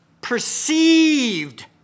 perceived